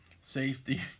safety